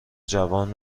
جوان